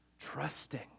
trusting